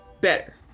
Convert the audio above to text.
Better